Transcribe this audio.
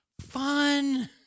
fun